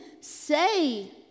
say